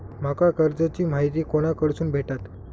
माका कर्जाची माहिती कोणाकडसून भेटात?